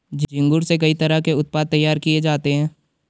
झींगुर से कई तरह के उत्पाद तैयार किये जाते है